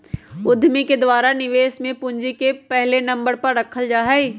उद्यमि के द्वारा निवेश में पूंजी के पहले नम्बर पर रखल जा हई